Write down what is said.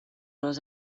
les